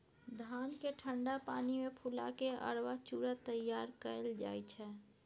धान केँ ठंढा पानि मे फुला केँ अरबा चुड़ा तैयार कएल जाइ छै